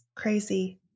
Crazy